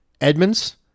Edmonds